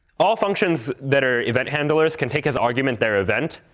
all functions that are event handlers can take as argument their event.